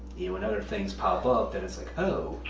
you know, when other things pop up, then it's like, oh,